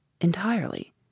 Entirely